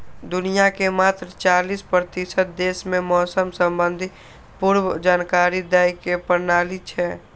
दुनिया के मात्र चालीस प्रतिशत देश मे मौसम संबंधी पूर्व जानकारी दै के प्रणाली छै